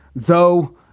though,